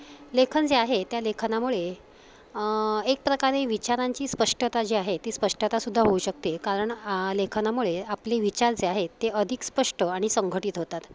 लेखन जे आहे त्या लेखनामुळे एक प्रकारे विचारांची स्पष्टता जी आहे ती स्पष्टतासुद्धा होऊ शकते कारण लेखनामुळे आपले विचार जे आहेत ते अधिक स्पष्ट आणि संघटित होतात